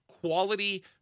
quality